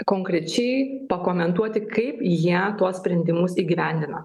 konkrečiai pakomentuoti kaip ją tuos sprendimus įgyvendina